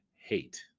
hate